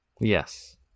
Yes